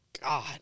God